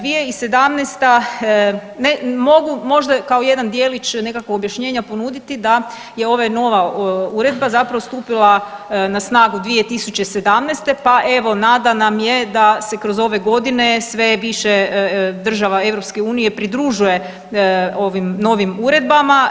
2017. ne, mogu možda kao jedan djelić nekakvog objašnjenja ponuditi da je ova nova uredba zapravo stupila na snagu 2017. pa evo nada nam je da se kroz ove godine sve više država EU pridružuje ovim novim uredbama.